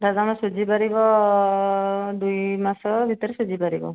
ନା ତମେ ସୁଝି ପାରିବ ଦୁଇ ମାସ ଭିତରେ ସୁଝିପାରିବ